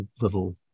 little